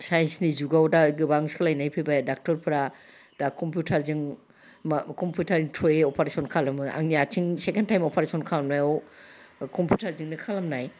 साइन्सनि जुगाव दा गोबां सोलायनाय फैबाय ड'क्टरफोरा दा कम्पिउटारजों मा कम्पिउटारनि थ्रुयै अपारेसन खालामो आंनि आथिं सेकेन्ड टाइमाव अपारेसन खालामनायाव कम्पिटारजोंनो खालामनाय